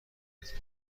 ادغام